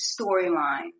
storyline